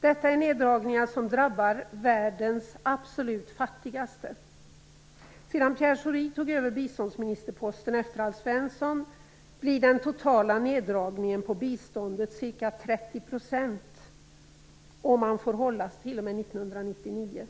Detta är neddragningar som drabbar världens absolut fattigaste. Sedan Pierre Schori tog över biståndsministerposten efter Alf Svensson blir den totala neddragningen på biståndet ca 30 %, om han får hållas t.o.m. 1999.